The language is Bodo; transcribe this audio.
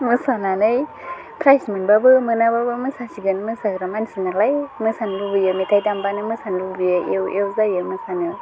मोसानानै प्राइज मोनबाबो मोनाबाबो मोसासिगोन मोसाग्रा मानसिनालाय मोसानो लुबैयो मेथाइ दामबानो मोसानो लुबैयो एव एव जायो मोसानो